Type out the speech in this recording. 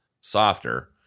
Softer